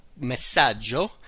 Messaggio